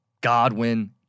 Godwin